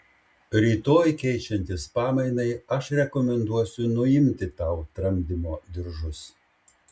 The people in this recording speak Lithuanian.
rytoj keičiantis pamainai aš rekomenduosiu nuimti tau tramdymo diržus